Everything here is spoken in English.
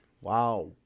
Wow